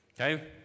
Okay